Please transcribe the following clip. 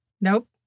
Nope